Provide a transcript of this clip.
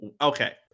Okay